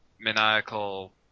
maniacal